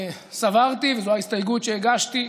סברתי, וזו ההסתייגות שהגשתי,